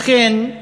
לכן,